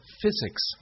physics